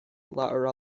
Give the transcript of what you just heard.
latter